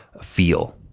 feel